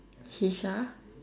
kisha